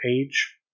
page